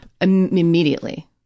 Immediately